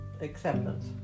acceptance